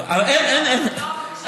אף אחד לא רוצה לסגור את המפעל,